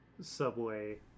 subway